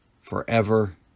forever